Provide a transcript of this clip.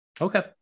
Okay